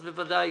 אז בוודאי